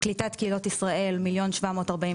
קליטת קהילות ישראל 1.743 מיליון,